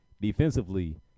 defensively